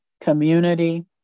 community